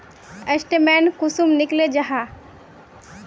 Statement कुंसम निकले जाहा?